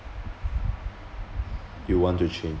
you want to change